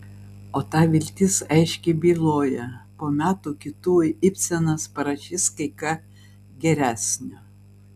o ta viltis aiškiai byloja po metų kitų ibsenas parašys kai ką geresnio